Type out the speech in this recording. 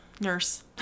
nurse